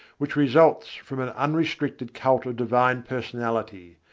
which results from an unrestricted cult of divine personality,